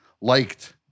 liked